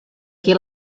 qui